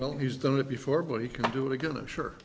well he's done it before but he can do it again i'm sure